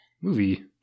movie